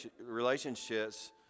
relationships